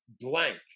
blank